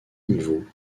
niveaux